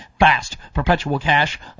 Fastperpetualcash